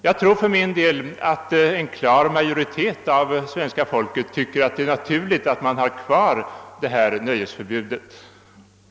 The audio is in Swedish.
Jag tror för min del att en klar majoritet av svenska folket tycker det är naturligt att ha kvar detta nöjesförbud.